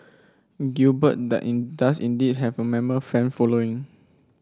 Gilbert does indeed have a mammoth fan following